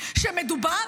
שמדובר,